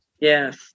Yes